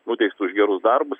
nuteistu už gerus darbus